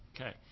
Okay